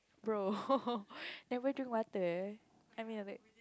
bro never drink water I mean a bit